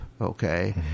okay